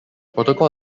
protocol